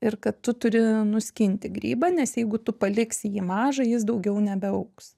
ir kad tu turi nuskinti grybą nes jeigu tu paliksi jį mažą jis daugiau nebeaugs